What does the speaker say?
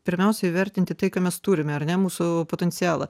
pirmiausia įvertinti tai ką mes turime ar ne mūsų potencialą